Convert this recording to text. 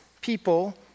people